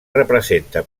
representa